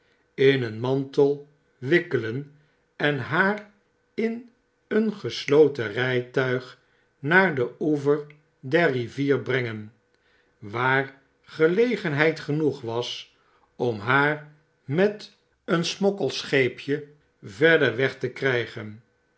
in een mantel wikkelen en haar in een gesloten rijtuig naar den oever der rivier brengen waar gelegenheid genoeg wa om haar met een smokkelscheepje verder weg te krijgen